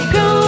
go